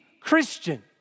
Christian